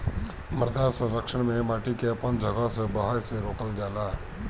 मृदा संरक्षण में माटी के अपन जगह से बहे से रोकल जाला